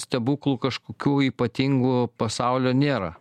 stebuklų kažkokių ypatingų pasaulio nėra